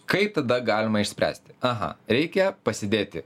kaip tada galima išspręsti aha reikia pasidėti